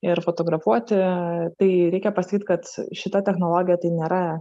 ir fotografuoti tai reikia pasakyt kad šita technologija tai nėra